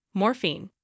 morphine